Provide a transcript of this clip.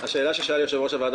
השאלה ששאל עכשיו יושב-ראש הוועדה,